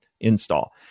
install